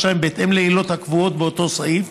שלהם בהתאם לעילות הקבועות באותו סעיף.